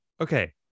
okay